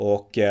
Och